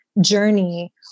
journey